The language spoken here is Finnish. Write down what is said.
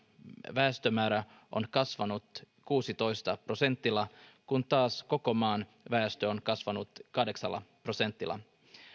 väestömäärä on kasvanut kuudellatoista prosentilla kun taas koko maan väestö on kasvanut kahdeksalla prosentilla